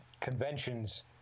conventions